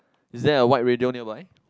is there a white radio nearby